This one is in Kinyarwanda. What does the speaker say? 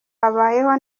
abayeho